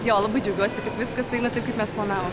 jo labai džiaugiuosi kad viskas eina taip kaip mes planavom